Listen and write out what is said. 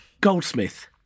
Goldsmith